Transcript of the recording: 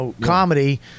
comedy